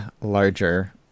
larger